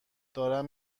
دارم